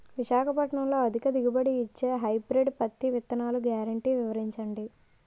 విశాఖపట్నంలో అధిక దిగుబడి ఇచ్చే హైబ్రిడ్ పత్తి విత్తనాలు గ్యారంటీ వివరించండి?